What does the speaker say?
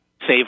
save